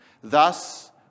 Thus